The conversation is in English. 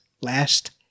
Last